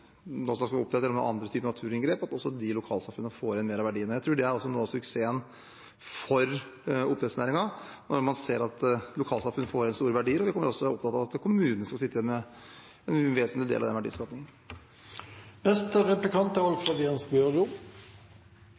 andre typer naturinngrep, og også at de får mer av verdiene. Jeg tror det også er noe av suksessen for oppdrettsnæringen, at man ser at lokalsamfunn får igjen store verdier. Vi kommer også til å være opptatt av at kommunene skal sitte igjen med en vesentlig del av den